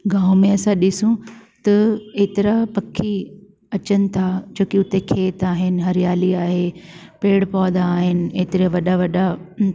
गाव में असां ॾिसू त एतिरा पखी अचनि था छोकी उते खेत आहिनि हरियाली आहे पेड़ पोधा आहिनि हेतिरा वॾा वॾा